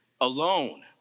alone